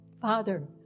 Father